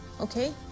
Okay